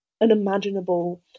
unimaginable